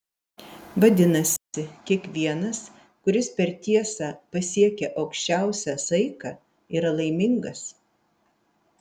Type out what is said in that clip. vadinasi kiekvienas kuris per tiesą pasiekia aukščiausią saiką yra laimingas